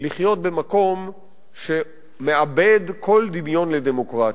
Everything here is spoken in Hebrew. לחיות במקום שמאבד כל דמיון לדמוקרטיה.